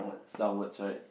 downwards right